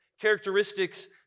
Characteristics